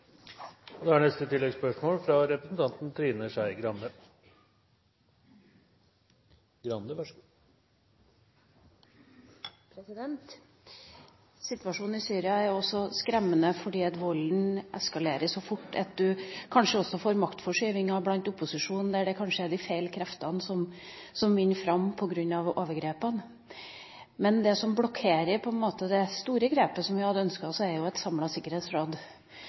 Trine Skei Grande – til oppfølgingsspørsmål. Situasjonen i Syria er også skremmende fordi volden eskalerer så fort at du kanskje også får maktforskyvinger blant opposisjonen, der det kanskje er de gale kreftene som vinner fram på grunn av overgrepene. Det som blokkerer det store grepet som vi hadde ønsket oss, er et samlet sikkerhetsråd.